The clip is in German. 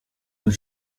und